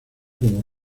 como